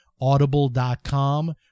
audible.com